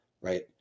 right